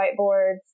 whiteboards